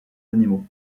animaux